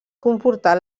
comportar